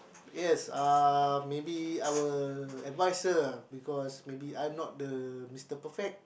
yes uh maybe I will advise her because maybe I am not the Mister perfect